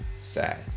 sad